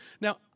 Now